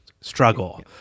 struggle